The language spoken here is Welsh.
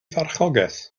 farchogaeth